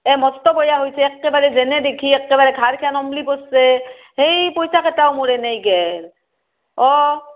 এই মস্ত বেয়া হৈছে একেবাৰে যেনে দেখি একেবাৰে উলমি পৰিছে সেই পইছা কেইটাও মোৰ এনেই গ'ল অ'